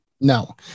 No